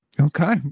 Okay